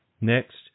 Next